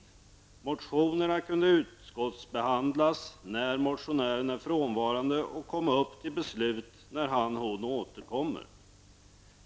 En motion kunde utskottsbehandlas när motionären är frånvarande och komma upp till beslut när han/hon återkommer.